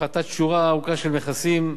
דרך הפחתת שורה ארוכה של מכסים,